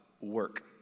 work